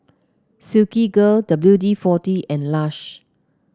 Silkygirl W D forty and Lush